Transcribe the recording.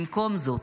במקום זאת,